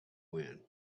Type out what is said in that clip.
when